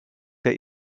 der